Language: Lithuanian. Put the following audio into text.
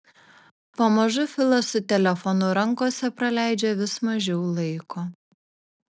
pamažu filas su telefonu rankose praleidžia vis mažiau laiko